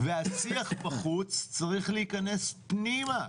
והשיח בחוץ צריך להיכנס פנימה.